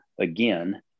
again